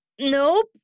Nope